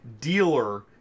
dealer